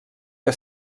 que